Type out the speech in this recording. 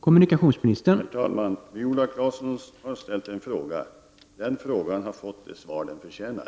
Herr talman! Viola Claesson har ställt en fråga. Den frågan har fått det svar som den förtjänar.